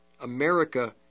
America